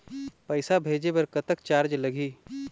पैसा भेजे बर कतक चार्ज लगही?